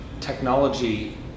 technology